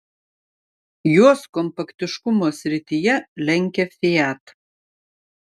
juos kompaktiškumo srityje lenkia fiat